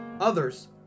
Others